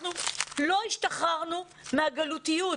אנחנו לא השתחררנו מהגלותיות.